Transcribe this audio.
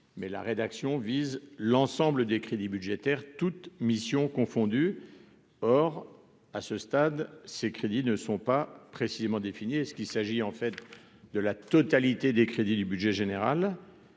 mais la rédaction vise l'ensemble des crédits budgétaires toutes missions confondues, or, à ce stade, ces crédits ne sont pas précisément définis et ce qu'il s'agit en fait de la totalité des crédits du budget général